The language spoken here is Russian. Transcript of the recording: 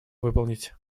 выполнить